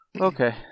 Okay